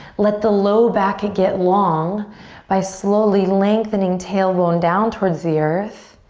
let the low back get long by slowly lengthening, tailbone down towards the earth.